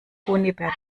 kunibert